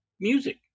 music